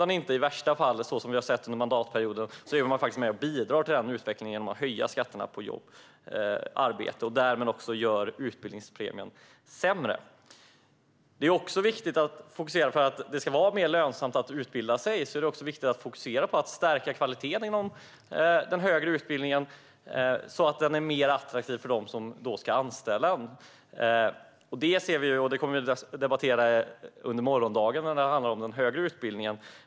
Men i värsta fall bidrar regeringen till denna utveckling genom att höja skatterna på arbete, vilket vi har sett under mandatperioden. Därmed blir utbildningspremien sämre. För att det ska vara mer lönsamt att utbilda sig är det också viktigt att fokusera på att stärka kvaliteten inom den högre utbildningen så att den blir mer attraktiv för dem som ska anställa. Detta kommer vi att debattera under morgondagen, då det handlar om just den högre utbildningen.